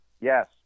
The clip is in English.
Yes